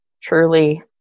truly